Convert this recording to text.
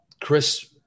Chris